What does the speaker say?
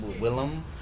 Willem